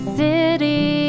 city